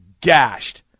gashed